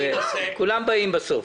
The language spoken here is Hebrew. כולם באים בסוף.